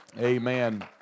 amen